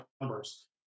numbers